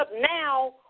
now